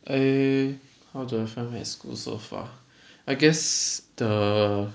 err how do I find my school so far I guess the